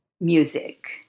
music